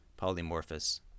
polymorphous